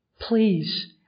Please